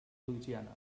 louisiana